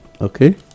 okay